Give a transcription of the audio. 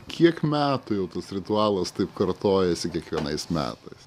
kiek metų jau tas ritualas taip kartojasi kiekvienais metais